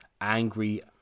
angry